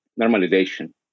normalization